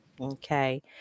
Okay